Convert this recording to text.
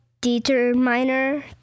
determiner